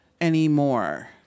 anymore